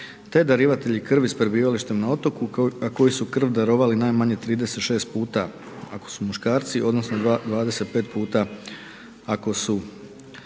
te darivatelji krv s prebivalištem na otoku a koji su krv darovali najmanje 36 puta ako su muškarci odnosno 25 puta ako su